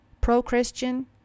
pro-Christian